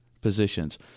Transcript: positions